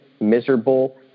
miserable